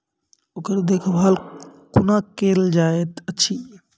ओकर देखभाल कुना केल जायत अछि?